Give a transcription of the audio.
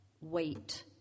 wait